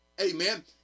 Amen